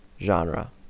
genre